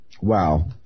Wow